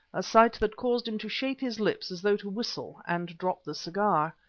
a sight that caused him to shape his lips as though to whistle and drop the cigar.